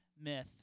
myth